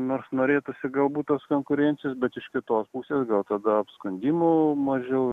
nors norėtųsi galbūt tos konkurencijos bet iš kitos pusės gal tada apskundimų mažiau